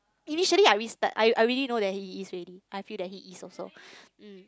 initially I risked I I already know that he is already I feel that he is also mm